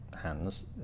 hands